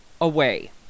away